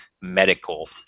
medical